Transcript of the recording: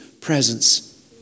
presence